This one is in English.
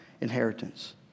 inheritance